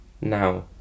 now